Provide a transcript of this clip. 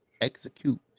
Execute